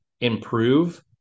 improve